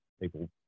people